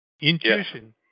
intuition